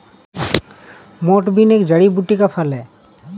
मोठ बीन एक जड़ी बूटी का फल है